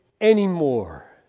anymore